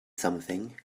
something